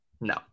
No